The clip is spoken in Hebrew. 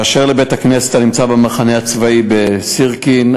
באשר לבית-הכנסת הנמצא במחנה הצבאי בסירקין,